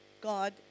God